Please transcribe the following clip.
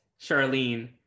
charlene